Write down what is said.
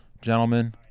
Gentlemen